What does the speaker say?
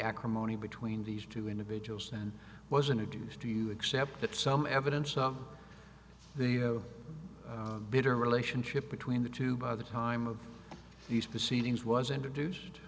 acrimony between these two individuals and was in a deuce do you accept that some evidence of they have bitter relationship between the two by the time of these proceedings was introduced